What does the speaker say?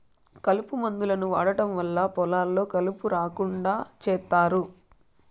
కలుపు మందులను వాడటం వల్ల పొలాల్లో కలుపు రాకుండా చేత్తారు